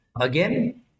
Again